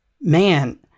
man